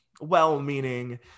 well-meaning